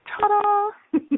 Ta-da